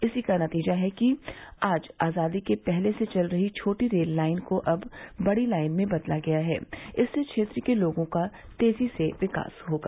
इसी का नतीजा है कि आज आज़ादी के पहले से चल रही छोटी रेल लाइन को अब बड़ी लाइन में बदला गया है इससे क्षेत्र के लोगों का तेजी से विकास होगा